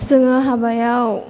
जों हाबायाव